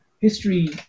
history